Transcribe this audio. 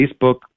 Facebook